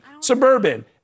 suburban